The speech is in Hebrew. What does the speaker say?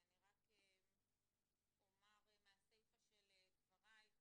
אני רק אומר מהסיפה של דברייך.